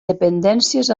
dependències